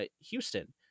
Houston